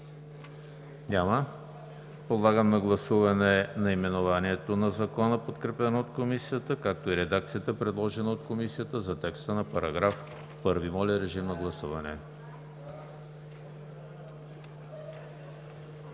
Няма. Подлагам на гласуване наименованието на Закона, подкрепено от Комисията, както и редакцията, предложена от Комисията за текста на § 1. Гласували